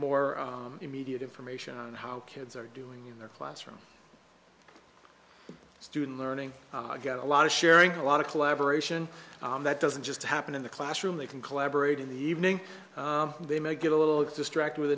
more immediate information on how kids are doing in the classroom student learning i get a lot of sharing a lot of collaboration that doesn't just happen in the classroom they can collaborate in the evening they may get a little bit distracted with